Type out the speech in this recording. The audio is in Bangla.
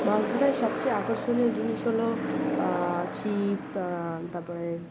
মাছ ধরার সবচেয়ে আকর্ষণীয় জিনিস হলো ছিপ তার পরে